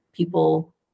People